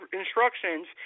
instructions